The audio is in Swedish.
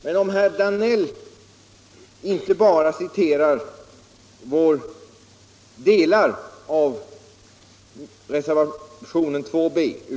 Herr Danell citerade bara delar av reservationen 2 b.